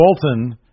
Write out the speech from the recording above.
Bolton